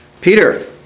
Peter